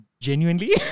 genuinely